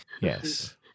Yes